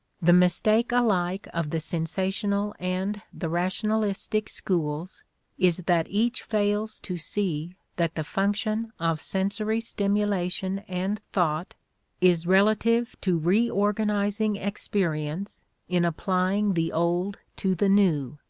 the mistake alike of the sensational and the rationalistic schools is that each fails to see that the function of sensory stimulation and thought is relative to reorganizing experience in applying the old to the new,